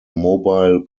mobile